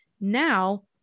now